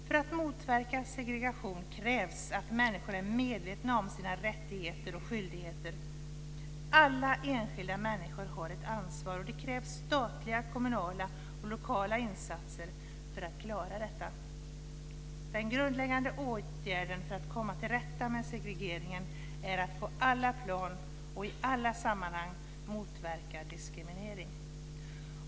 För att motverka segregation krävs att människor är medvetna om sina rättigheter och skyldigheter. Alla enskilda människor har ett ansvar, och det krävs statliga, kommunala och lokala insatser för att klara detta. Den grundläggande åtgärden för att komma till rätta med segregeringen är att på alla plan och i alla sammanhang motverka diskriminering.